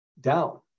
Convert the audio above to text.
down